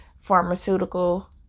pharmaceutical